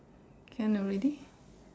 can already